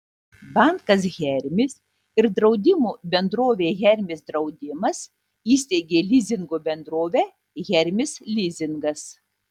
bankas hermis ir draudimo bendrovė hermis draudimas įsteigė lizingo bendrovę hermis lizingas